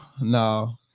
no